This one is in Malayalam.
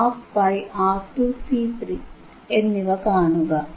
fC212πR2C3 എന്നിവ കാണുക